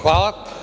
Hvala.